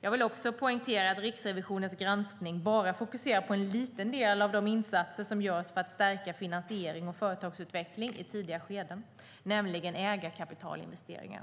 Jag vill också poängtera att Riksrevisionens granskning bara fokuserar på en liten del av de insatser som görs för att stärka finansiering och företagsutveckling i tidiga skeden, nämligen ägarkapitalinvesteringar.